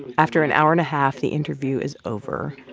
after an hour and a half, the interview is over.